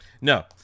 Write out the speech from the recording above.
No